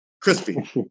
Crispy